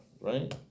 right